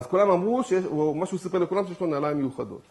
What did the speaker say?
אז כולם אמרו, ומה שהוא סיפר לכולם, שיש לו נעליים מיוחדות.